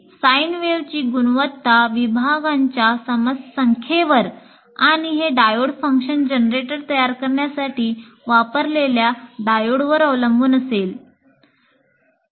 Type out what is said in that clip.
sign वेव्हची गुणवत्ता विभागांच्या संख्येवर आणि हे डायोड फंक्शन जनरेटर तयार करण्यासाठी वापरलेल्या डायोडवर अवलंबून असेल